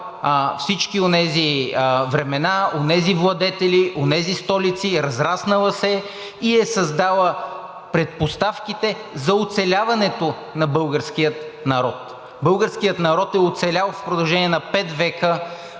всички онези времена, онези владетели, онези столици, разраснала се е и е създала предпоставките за оцеляването на българския народ. Българският народ е оцелял в продължение на V века,